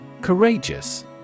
Courageous